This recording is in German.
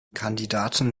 kandidaten